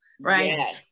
right